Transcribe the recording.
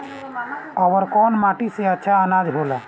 अवर कौन माटी मे अच्छा आनाज होला?